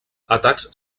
atacs